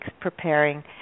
preparing